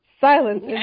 silence